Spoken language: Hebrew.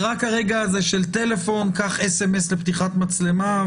זה רק הרגע של הטלפון, קח SMS לפתיחת מצלמה.